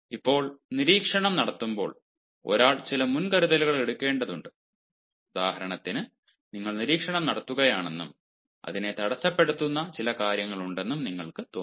ഇപ്പോൾ നിരീക്ഷണം നടത്തുമ്പോൾ ഒരാൾ ചില മുൻകരുതലുകൾ എടുക്കേണ്ടതുണ്ട് ഉദാഹരണത്തിന് നിങ്ങൾ നിരീക്ഷണം നടത്തുകയാണെന്നും അതിനെ തടസ്സപ്പെടുത്തുന്ന ചില കാര്യങ്ങളുണ്ടെന്നും നിങ്ങൾക്ക് തോന്നുന്നു